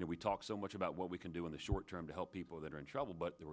know we talk so much about what we can do in the short term to help people that are in trouble but the